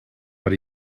but